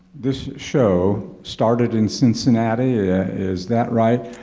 this show started in cincinnati is that right?